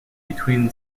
between